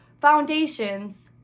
foundations